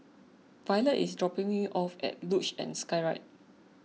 Violette is dropping me off at Luge and Skyride